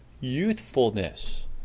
youthfulness